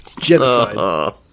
genocide